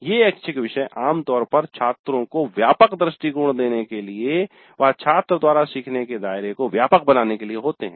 ये ऐच्छिक विषय आमतौर पर छात्रों को व्यापक दृष्टिकोण देने के लिए व छात्र द्वारा सीखने के दायरे को व्यापक बनाने के लिए होते हैं